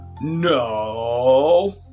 No